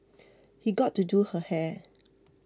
he got to do her hair